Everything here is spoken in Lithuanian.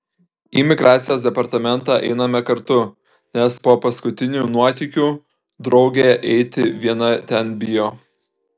į migracijos departamentą einame kartu nes po paskutinių nuotykių draugė eiti viena ten bijo